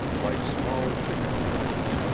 like small chicken tracks,